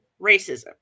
racism